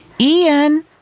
Ian